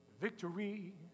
victory